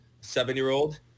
seven-year-old